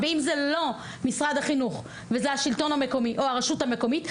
אם זה לא משרד החינוך וזה השלטון המקומי או הרשות המקומית,